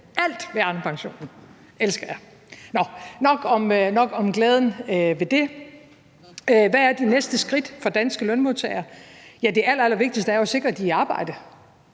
Alt ved Arnepensionen elsker jeg. Nok om glæden ved det. Hvad er de næste skridt for danske lønmodtagere? Det allerallervigtigste er jo at sikre, at de er i arbejde.